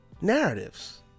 narratives